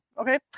Okay